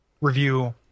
review